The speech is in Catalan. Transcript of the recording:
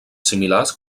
similars